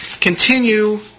continue